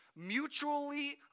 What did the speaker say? mutually